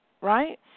right